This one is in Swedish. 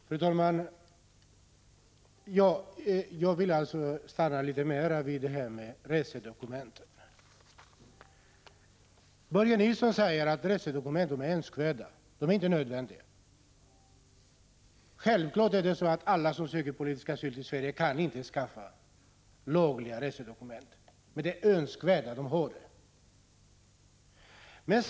Fru talman! Jag vill återkomma något till frågan om resedokument. Börje Nilsson säger att resedokument är önskvärda — inte nödvändiga. Självfallet är det så att alla som söker politisk asyl inte kan skaffa lagliga resedokument, men det är önskvärt att de har sådana.